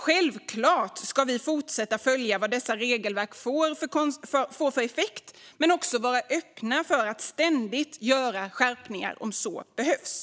Självklart ska vi fortsätta att följa vad dessa regelverk får för effekt, men vi ska också vara öppna för att ständigt göra skärpningar om så behövs.